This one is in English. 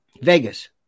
Vegas